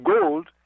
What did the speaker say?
gold